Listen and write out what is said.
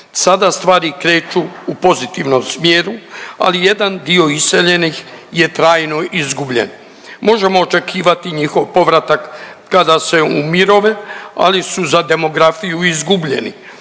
Sada stvari kreću u pozitivnom smjeru, ali jedan dio iseljenih je trajno izgubljen. Možemo očekivati njihov povratak kada se umirove, ali su za demografiju izgubljeni.